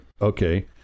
Okay